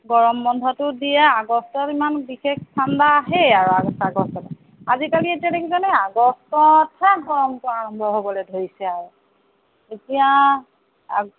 গৰম বন্ধটো দিয়ে আগষ্টত ইমান বিশেষ ঠাণ্ডা আহেই আৰু আগত আগষ্টৰপৰা আজিকালি এতিয়া দেখিছেনে আগষ্টতহে গৰম পৰা আৰম্ভ হ'বলৈ ধৰিছে আৰু এতিয়া আগতে